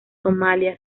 somalia